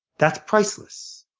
that's priceless.